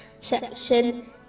section